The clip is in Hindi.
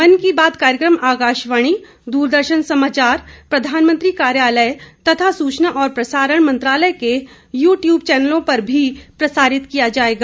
मन की बात कार्यक्रम आकाशवाणी दूरदर्शन समाचार प्रधानमंत्री कार्यालय तथा सूचना और प्रसारण मंत्रालय के यू ट्यूब चैनलों पर भी प्रसारित किया जाएगा